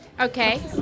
okay